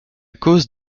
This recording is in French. cause